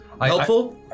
helpful